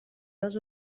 dos